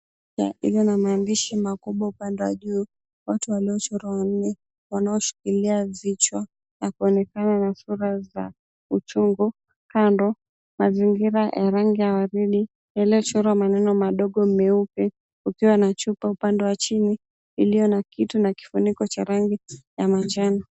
Duka iliyo na mahandishi upande wa juu, watu waliochorwa wanne wanaoshikilia vichwa na kuonekana na sura za uchungu. Kando mazingira ya rangi ya waridi yaliyochorwa maneno madogo meupe kukiwa na chupa upande wa chini iliyo na kitu na kifuniko wa rangi ya manjano.